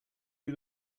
you